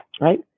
Right